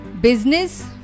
business